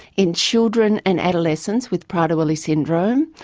in children and adolescents with prader-willi syndrome,